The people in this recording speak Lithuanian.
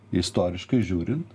istoriškai žiūrint